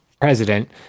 president